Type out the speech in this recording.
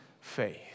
faith